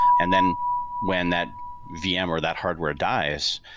and then when that vm or that hardware dies,